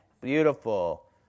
beautiful